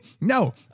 No